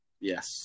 Yes